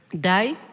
die